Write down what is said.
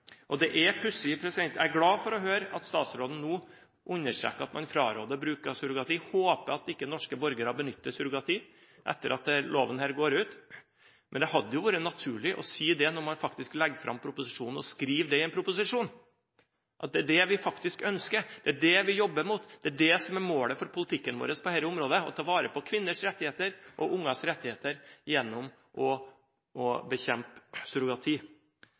Jeg er glad for å høre at statsråden nå understreker at man fraråder bruk av surrogati, og håper at norske borgere ikke benytter seg av surrogati etter at loven går ut – men det hadde jo vært naturlig å si det når man faktisk legger fram proposisjonen, å skrive det i proposisjonen, at det er det vi faktisk ønsker, det er det vi jobber mot, det er det som er målet med politikken vår på dette området: å ta vare på kvinners rettigheter og ungers rettigheter gjennom å bekjempe surrogati.